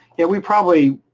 yeah, we probably.